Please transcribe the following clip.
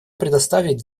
предоставить